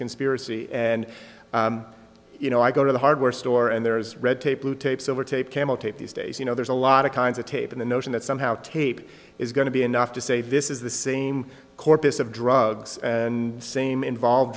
conspiracy and you know i go to the hardware store and there is red tape blue tapes over tape kamal tape these days you know there's a lot of kinds of tape in the notion that somehow tape is going to be enough to say this is the same corpus of drugs and same involve